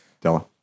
Della